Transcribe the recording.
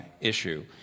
issue